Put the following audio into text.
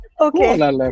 Okay